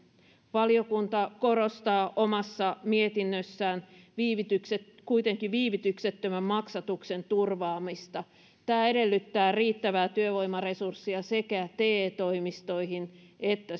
valiokunta korostaa omassa mietinnössään kuitenkin viivytyksettömän maksatuksen turvaamista tämä edellyttää riittävää työvoimaresurssia sekä te toimistoihin että